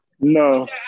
No